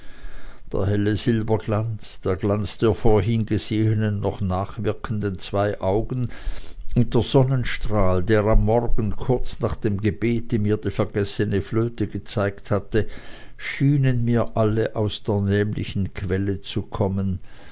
der helle silberglanz der glanz der vorhin gesehenen noch nachwirkenden zwei augen und der sonnenstrahl der am morgen kurz nach dem gebete mir die vergessene flöte gezeigt hatte schienen mir alle aus der nämlichen quelle zu kommen